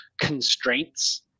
constraints